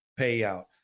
payout